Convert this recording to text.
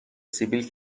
سیبیل